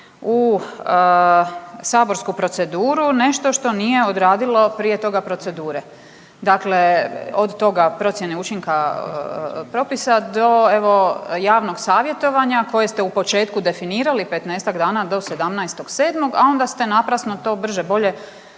u saborsku proceduru nešto što nije odradilo prije toga procedure. Dakle, od toga procjene učinka propisa do evo javnog savjetovanja koje ste u početku definirali 15-tak dana do 17.7., a onda ste naprasno to brže bolje